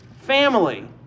family